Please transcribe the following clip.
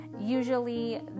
Usually